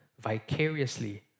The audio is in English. vicariously